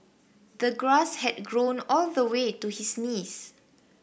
the grass had grown all the way to his knees